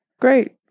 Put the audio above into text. Great